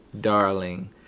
darling